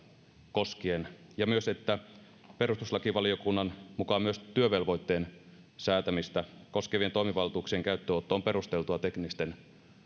koskien ja myös että perustuslakivaliokunnan mukaan myös työvelvoitteen säätämistä koskevien toimivaltuuksien käyttöönotto on perusteltua teknisten